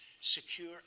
secure